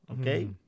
okay